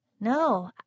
no